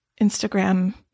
Instagram